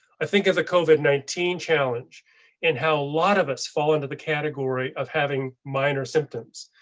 i think at the covid nineteen challenge and how a lot of us fall into the category of having minor symptoms,